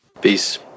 Peace